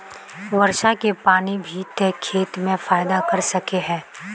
वर्षा के पानी भी ते खेत में फायदा कर सके है?